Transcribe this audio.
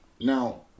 Now